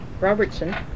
Robertson